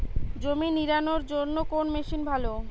জমি নিড়ানোর জন্য কোন মেশিন ভালো?